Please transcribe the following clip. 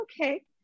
okay